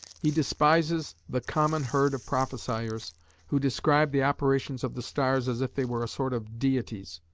he despises the common herd of prophesiers who describe the operations of the stars as if they were a sort of deities,